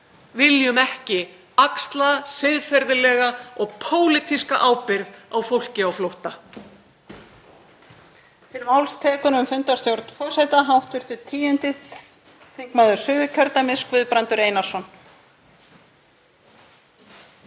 viljum ekki axla siðferðilega og pólitíska ábyrgð á fólki á flótta.